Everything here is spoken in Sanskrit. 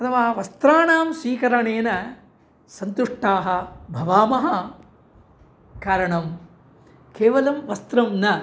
अथवा वस्त्राणां स्वीकरणेन सन्तुष्टाः भवामः कारणं केवलं वस्त्रं न